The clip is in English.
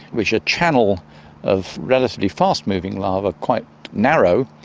which a channel of relatively fast-moving lava, quite narrow,